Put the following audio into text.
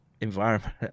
environment